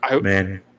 Man